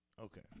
Okay